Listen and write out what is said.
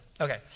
Okay